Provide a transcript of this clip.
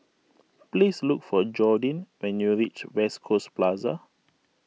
please look for Jordin when you reach West Coast Plaza